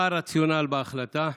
1. מה הרציונל בהחלטה?